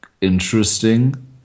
interesting